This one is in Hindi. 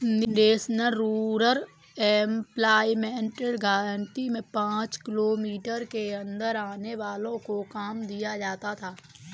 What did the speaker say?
नेशनल रूरल एम्प्लॉयमेंट गारंटी में पांच किलोमीटर के अंदर आने वालो को काम दिया जाता था